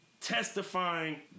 testifying